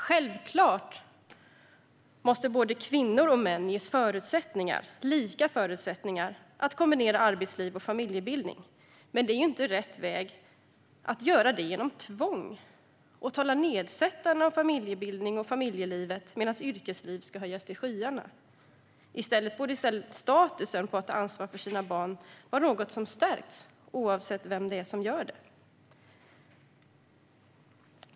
Självklart måste både kvinnor och män ges lika förutsättningar att kombinera arbetsliv och familjebildning, men det är inte rätt väg att göra det genom tvång och genom att tala nedsättande om familjebildning och familjelivet medan yrkeslivet höjs till skyarna. I stället borde statusen på att ta ansvar för sina barn vara något som stärks, oavsett vem det är som har ansvaret.